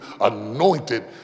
anointed